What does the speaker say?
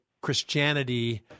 Christianity